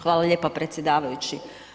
Hvala lijepa predsjedavajući.